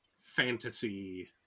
fantasy